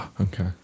Okay